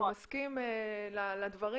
הוא מסכים לדברים,